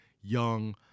young